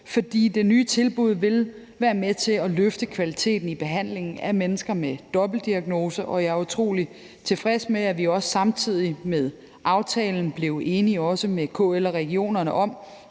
For det nye tilbud vil være med til at løfte kvaliteten i behandlingen af mennesker med dobbeltdiagnoser, og jeg er utrolig tilfreds med, at vi også samtidig med aftalen blev enige med KL og regionerne om